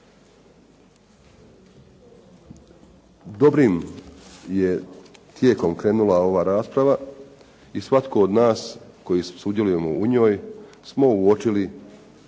Dobrim je tijekom krenula ova rasprava i svatko od nas koji sudjelujemo u njoj smo uočili